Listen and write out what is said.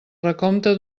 recompte